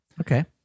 Okay